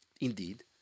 Indeed